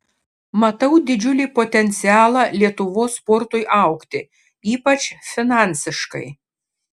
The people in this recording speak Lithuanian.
matau didžiulį potencialą lietuvos sportui augti ypač finansiškai